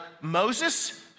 Moses